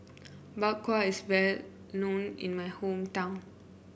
Bak Kwa is well known in my hometown